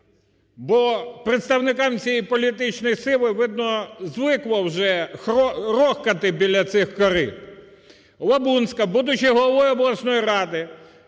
бо представникам цієї політичної сили, видно, звикло вже рохкати біля цих корит. Лабунська, будучи головою обласної ради,